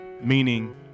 meaning